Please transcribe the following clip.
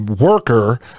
worker